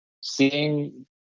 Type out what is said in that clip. seeing